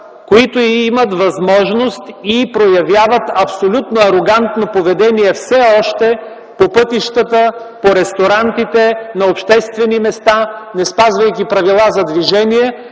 които имат възможност и все още проявяват абсолютно арогантно поведение по пътищата, по ресторантите, на обществени места, неспазвайки правила за движение,